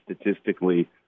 statistically